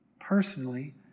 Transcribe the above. personally